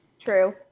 true